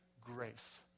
grace